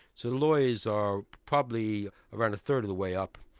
so lawyers are probably around a third of the way up.